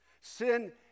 Sin